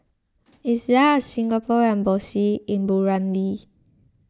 is there a Singapore Embassy in Burundi